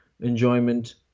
enjoyment